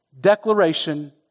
declaration